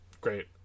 Great